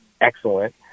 excellent